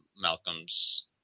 Malcolm's